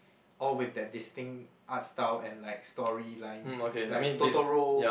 all with that distinct art style and like storyline like Totoro